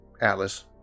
Atlas